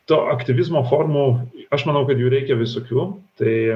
to aktyvizmo formų aš manau kad jų reikia visokių tai